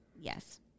yes